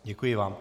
Děkuji vám.